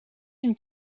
une